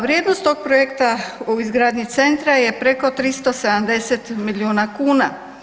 Vrijednost tog projekta u izgradnju centra je preko 370 milijuna kuna.